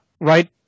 right